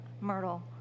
Myrtle